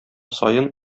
саен